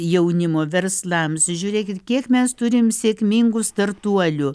jaunimo verslams žiūrėkit kiek mes turim sėkmingų startuolių